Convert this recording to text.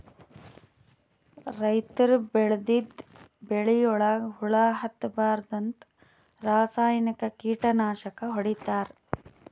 ರೈತರ್ ಬೆಳದಿದ್ದ್ ಬೆಳಿಗೊಳಿಗ್ ಹುಳಾ ಹತ್ತಬಾರ್ದ್ಂತ ರಾಸಾಯನಿಕ್ ಕೀಟನಾಶಕ್ ಹೊಡಿತಾರ್